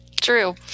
True